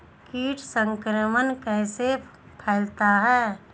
कीट संक्रमण कैसे फैलता है?